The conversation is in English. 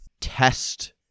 test